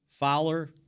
Fowler